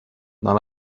dans